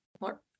more